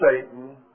Satan